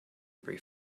every